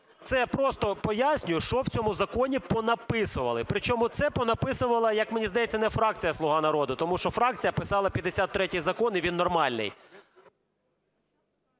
Це я просто пояснюю, що в цьому законі понаписували. Причому це понаписувала, як мені здається, не фракція "Слуга народу", тому що фракція писала 53 закон і він нормальний.